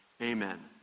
amen